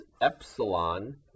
epsilon